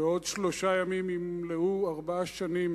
בעוד שלושה ימים ימלאו ארבע שנים